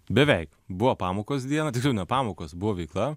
beveik buvo pamokos dieną tiksliau ne pamokos buvo veikla